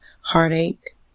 heartache